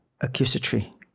accusatory